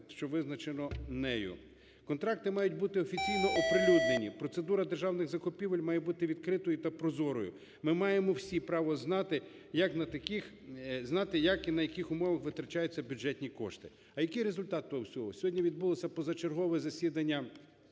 що визначено нею. Контракти мають бути офіційно оприлюднені, процедура державних закупівель має бути відкритою та прозорою. Ми маємо всі право знати, як і на яких умовах витрачаються бюджетні кошти. А який результат того всього? Сьогодні відбулося почергове засідання